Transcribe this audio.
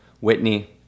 whitney